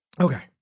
Okay